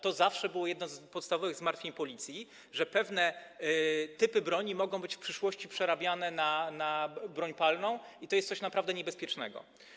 To zawsze było jedno z podstawowych zmartwień policji, że pewne typy broni mogą być w przyszłości przerabiane na broń palną, a to jest naprawdę niebezpieczne.